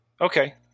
Okay